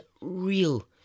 real